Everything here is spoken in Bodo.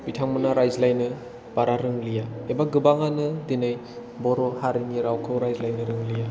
बिथांमोना रायज्लायनो बारा रोंलिया एबा गोबाङानो दिनै बर' हारिनि रावखौ रायज्लायनो रोंलिया